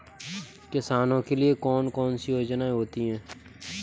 किसानों के लिए कौन कौन सी योजनायें होती हैं?